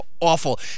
awful